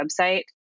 website